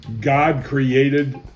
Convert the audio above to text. God-created